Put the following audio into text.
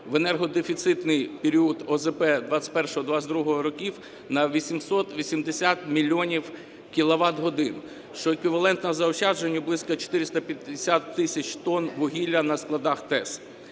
в енергодефіцитний період ОЗП 2021/22 років на 880 мільйонів кіловат-годин, що еквівалентно заощадженню близько 450 тисяч тонн вугілля на складах ТЕС.